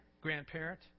grandparent